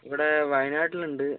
ഇവിടെ വയനാട്ടിൽ ഉണ്ട്